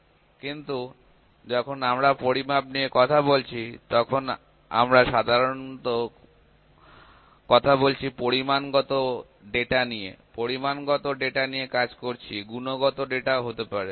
কিন্তু যখন আমরা পরিমাপ নিয়ে কথা বলছি তখন আমরা সাধারণত কথা বলছি পরিমাণগত ডেটা নিয়ে পরিমাণগত ডেটা নিয়ে কাজ করছি গুণগত ডেটাও হতে পারে